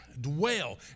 Dwell